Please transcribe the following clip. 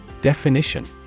Definition